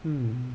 mm